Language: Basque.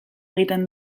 egiten